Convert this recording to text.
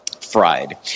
fried